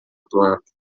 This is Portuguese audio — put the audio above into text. planta